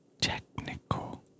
technical